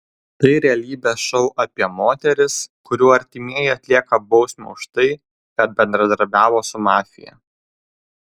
tai realybės šou apie moteris kurių artimieji atlieka bausmę už tai kad bendradarbiavo su mafija